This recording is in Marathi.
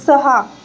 सहा